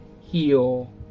heal